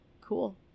cool